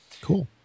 Cool